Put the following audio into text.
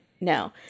no